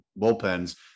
bullpens